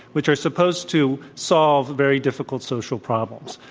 which are supposed to solve very difficult social problems.